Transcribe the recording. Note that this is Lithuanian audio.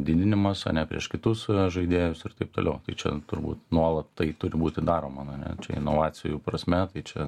didinimas ane prieš kitus žaidėjus ir taip toliau tai čia turbūt nuolat tai turi būti daroma na ne čia inovacijų prasme tai čia